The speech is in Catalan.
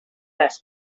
les